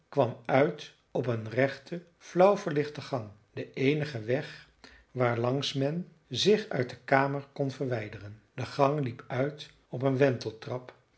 kwam uit op een rechte flauw verlichte gang de eenige weg waarlangs men zich uit de kamer kon verwijderen de gang liep uit op een wenteltrap